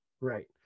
Right